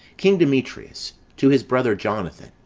king demetrius to his brother, jonathan,